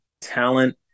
talent